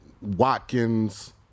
Watkins